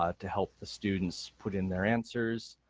ah to help the students put in their answers.